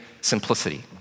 simplicity